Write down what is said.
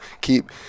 keep